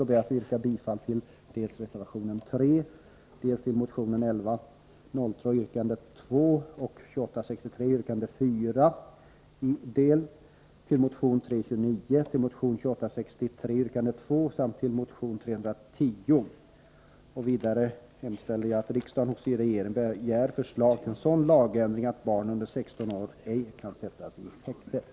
Jag ber att få yrka bifall till reservation 3 och motionerna 1103 yrkande 2, 2863 yrkande 4 delvis, 329, 2863 yrkande 2 samt 310. Vidare yrkar jag bifall till det i kammaren utdelade yrkandet, som lyder: